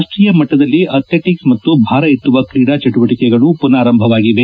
ರಾಷ್ಟೀಯ ಮಣ್ಣದಲ್ಲಿ ಅಥ್ಲೆಟಿಕ್ಸ್ ಮತ್ತು ಭಾರ ಎತ್ತುವ ಕ್ರೀಡಾ ಚಟುವಟಿಕೆಗಳು ಪುನಾರಂಭವಾಗಿವೆ